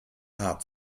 hart